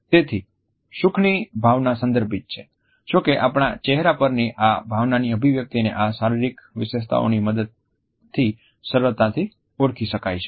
તેથી સુખની ભાવના સંદર્ભિત છે જો કે આપણા ચહેરા પરની આ ભાવનાની અભિવ્યક્તિને આ શારીરિક વિશેષતાઓની મદદથી સરળતાથી ઓળખી શકાય છે